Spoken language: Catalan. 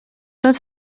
tot